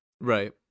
right